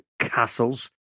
Castles